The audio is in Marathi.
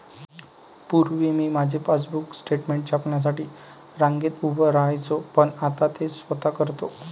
पूर्वी मी माझे पासबुक स्टेटमेंट छापण्यासाठी रांगेत उभे राहायचो पण आता ते स्वतः करतो